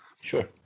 Sure